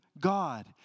God